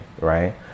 Right